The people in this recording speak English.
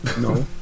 no